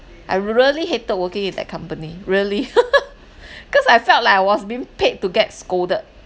I really hated working in that company really cause I felt like I was being paid to get scolded